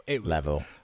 Level